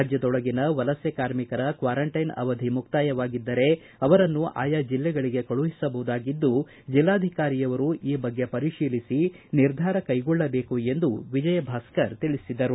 ರಾಜ್ಯದೊಳಗಿನ ವಲಸೆ ಕಾರ್ಮಿಕರ ಕ್ವಾರಂಟೈನ್ ಅವಧಿ ಮುಕ್ತಾಯವಾಗಿದ್ದರೆ ಅವರನ್ನು ಆಯಾ ಜಿಲ್ಲೆಗಳಿಗೆ ಕಳುಹಿಸಬಹುದಾಗಿದ್ದು ಜಿಲ್ಲಾಧಿಕಾರಿಯವರು ಈ ಬಗ್ಗೆ ಪರಿತೀಲಿಸಿ ನಿರ್ಧಾರ ಕೈಗೊಳ್ಳಬೇಕು ಎಂದು ವಿಜಯ್ ಭಾಸ್ತರ್ ಹೇಳಿದರು